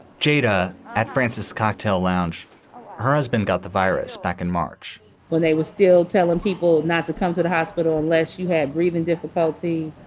jada at francis cocktail lounge her husband got the virus back in march when they were still telling people not to come to the hospital unless you had breathing difficulty.